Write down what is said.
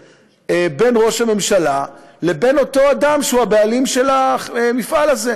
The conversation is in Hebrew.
בין ראש הממשלה לבין אותו אדם שהוא הבעלים של המפעל הזה.